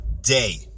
Day